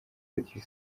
producer